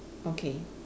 okay